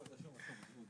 מה זה?